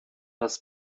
das